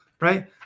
right